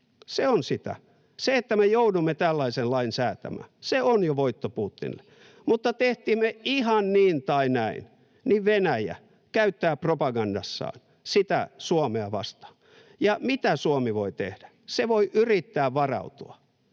Se, että me joudumme tällaisen lain säätämään, se on jo voitto Putinille. [Eva Biaudet: Niin, olisi voinut valita toisin!] Mutta tehtiin me ihan niin tai näin, niin Venäjä käyttää propagandassaan sitä Suomea vastaan. Ja mitä Suomi voi tehdä? Se voi yrittää varautua.